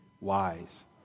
wise